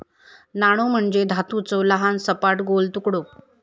नाणो म्हणजे धातूचो लहान, सपाट, गोल तुकडो